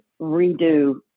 redo